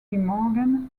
morgan